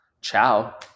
Ciao